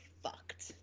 Fucked